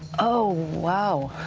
oh wow.